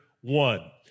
one